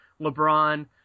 LeBron